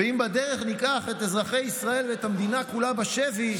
ואם בדרך ניקח את אזרחי ישראל ואת המדינה כולה בשבי,